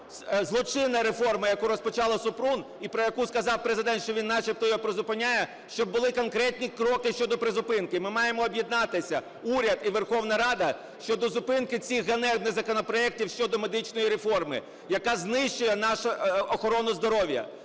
злочинна реформа, яку розпочала Супрун і про яку сказав Президент, що він начебто її призупиняє, щоб були конкретні кроки щодо призупинки. Ми маємо об'єднатися: уряд і Верховна Рада щодо зупинки цих ганебних законопроектів щодо медичної реформи, яка знищує нашу охорону здоров'я.